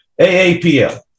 AAPL